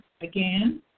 again